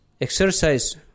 exercise